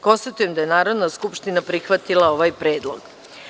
Konstatujem da je Narodna skupština prihvatila ovaj predlog.